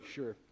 Sure